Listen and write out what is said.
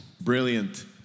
Brilliant